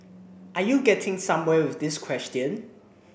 are you getting somewhere with this question